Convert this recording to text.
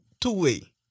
two-way